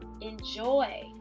Enjoy